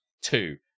two